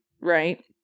right